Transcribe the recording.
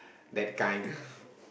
that kind